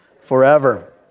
Forever